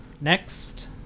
next